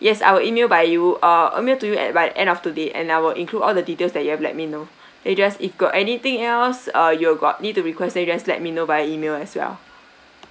yes I will email by you uh email to you at by end of today and I will include all the details that you have let me know then you just if got anything else uh you got need to request then you just let me know via email as well